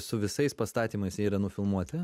su visais pastatymais jie yra nufilmuoti